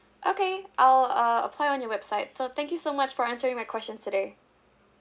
okay I'll uh apply on your website so thank you so much for answering my questions today